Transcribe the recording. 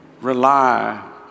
rely